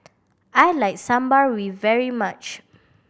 I like Sambar very much